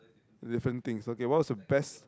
different things okay what was the best